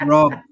Rob